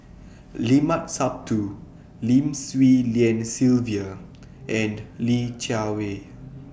Limat Sabtu Lim Swee Lian Sylvia and Li Jiawei